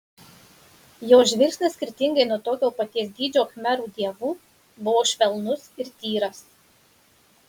jos žvilgsnis skirtingai nuo tokio paties dydžio khmerų dievų buvo švelnus ir tyras